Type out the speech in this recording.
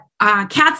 cats